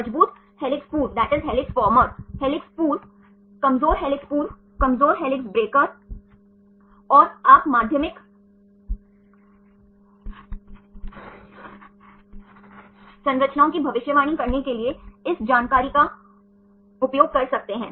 मजबूत हेलिक्स पूर्व हेलिक्स पूर्व कमजोर हेलिक्स पूर्व कमजोर हेलिक्स ब्रेकर हेलिक्स ब्रेकर और मजबूत हेलिक्स ब्रेकर और आप माध्यमिक संरचनाओं की भविष्यवाणी करने के लिए इस जानकारी का उपयोग कर सकते हैं